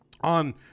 on